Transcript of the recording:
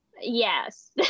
Yes